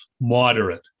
moderate